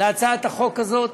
להצעת החוק הזאת.